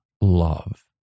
love